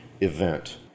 event